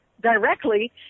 directly